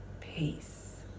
peace